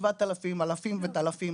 7000 וכל זה,